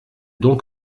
donc